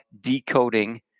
decoding